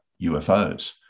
UFOs